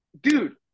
Dude